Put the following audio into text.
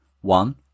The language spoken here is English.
One